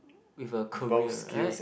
with a career right